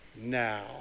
now